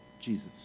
Jesus